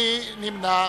מי נמנע?